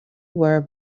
were